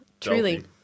Truly